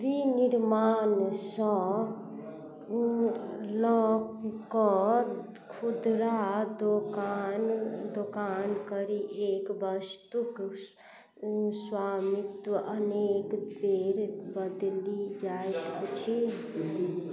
विनिर्माणसँ लऽ कऽ खुदरा दोकान दोकानधरि एक वस्तुके स्वामित्व अनेक बेर बदलि जाइत अछि